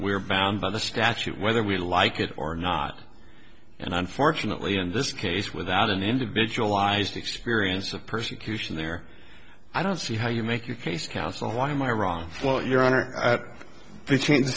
we're bound by the statute whether we like it or not and unfortunately in this case without an individualized experience of persecution there i don't see how you make your case counsel why am i wrong for your honor